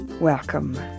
Welcome